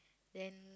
then